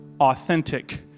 Authentic